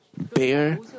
bear